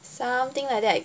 something like that